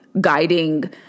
guiding